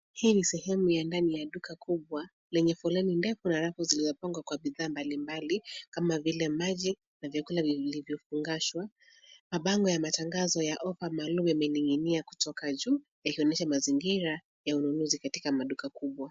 Hii ni sehemu ya ndani ya duka kubwa lenye foleni ndefu na rafu zilizopangwa kwa bidhaa mbalimbali kama vile maji na vyakula vilivyofungashwa. Mabango ya matangazo ya ofa maalum yamening'inia kutoka juu yakionyesha mazingira ya ununuzi katika maduka kubwa.